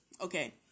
Okay